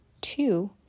two